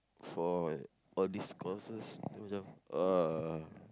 for all these courses macam uh